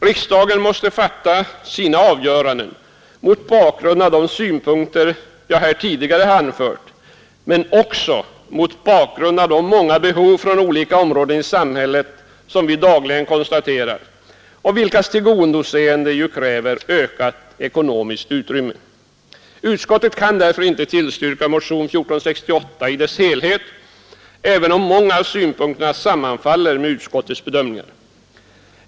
Riksdagen måste fatta sina avgöranden mot bakgrund av de synpunkter jag här tidigare anfört men också mot bakgrund av de många behov på olika områden i samhället vi dagligen konstaterar och vilkas tillgodoseende kräver ökat ekonomiskt utrymme. Utskottet kan därför icke tillstyrka motionen 1468 i dess helhet, även om många av synpunkterna sammanfaller med utskottets bedömningar.